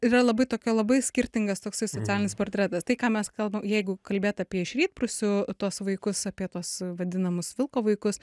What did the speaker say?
yra labai tokia labai skirtingas toksai socialinis portretas tai ką mes kalbam jeigu kalbėt apie iš rytprūsių tuos vaikus apie tuos vadinamus vilko vaikus